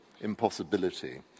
impossibility